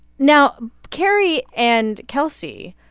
now, carrie and kelsey,